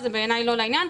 בעיניי זה לא לעניין.